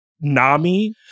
Nami